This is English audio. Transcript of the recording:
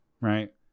right